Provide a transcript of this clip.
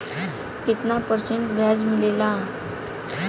कितना परसेंट ब्याज मिलेला?